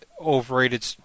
overrated